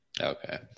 okay